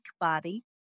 body